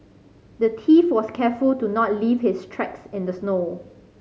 the thief was careful to not leave his tracks in the snow